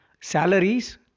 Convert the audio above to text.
Salaries